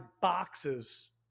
boxes